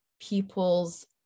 people's